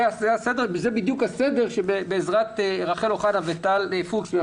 זה בדיוק הסדר שבעזרת רחל אוחנה וטל פוקס מן